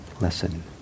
lesson